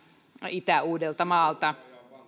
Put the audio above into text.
itä uudeltamaalta